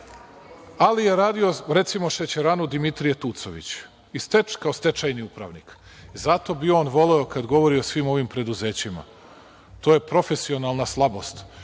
Ali, radio je, recimo, šećeranu „Dimitrije Tucović“ kao stečajni upravnik. Zato bi on voleo kad govori o svim ovim preduzećima, to je profesionalna slabost,